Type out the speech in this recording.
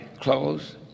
close